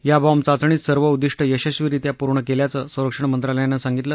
या बॉम्ब चाचणीत सर्व उद्दीष्ट यशस्वीरित्या पूर्ण केल्याचं संरक्षण मंत्रालयानं सांगितलं